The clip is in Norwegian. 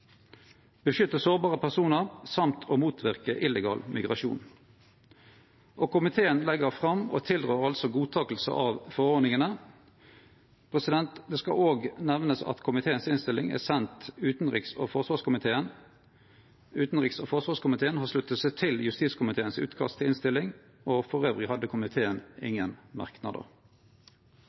beskytte sårbare personar samt å motverke illegal migrasjon. Komiteen legg då fram og tilrår altså godtaking av forordningane. Det skal òg nemnast at komiteens innstilling er send utanriks- og forsvarskomiteen. Utanriks- og forsvarskomiteen har slutta seg til justiskomiteens utkast til innstilling, og elles hadde komiteen ingen merknadar.